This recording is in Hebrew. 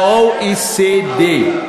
וה-OECD,